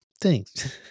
thanks